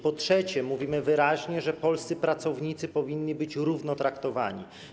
Po trzecie, mówimy wyraźnie, że polscy pracownicy powinni być równo traktowani.